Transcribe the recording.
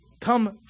Come